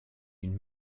une